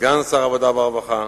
כסגן שר העבודה והרווחה,